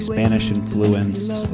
Spanish-influenced